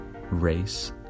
Race